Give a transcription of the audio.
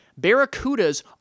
Barracudas